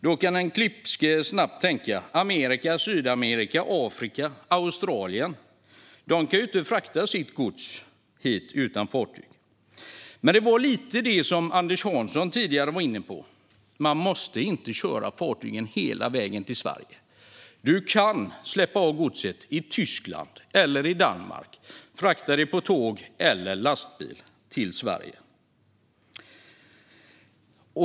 Den klipske kan då snabbt tänka att Amerika, Sydamerika, Afrika och Australien ju inte kan frakta sitt gods hit utan fartyg. Men det var lite det Anders Hansson var inne på: Man måste inte köra fartygen hela vägen till Sverige. Man kan släppa av godset i Tyskland eller Danmark och frakta det på tåg eller lastbil till Sverige.